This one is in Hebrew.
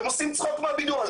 אתם עושים צחוק מהבידוד.